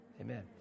Amen